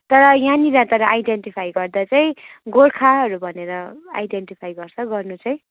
तर यहाँनिर तर आइडेन्टिफाई गर्दा चाहिँ गोर्खाहरू भनेर आइडेन्टिफाई गर्छ गर्नु चाहिँ